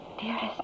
dearest